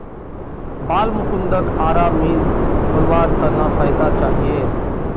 बालमुकुंदक आरा मिल खोलवार त न पैसा चाहिए